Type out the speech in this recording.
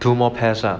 two more pairs ah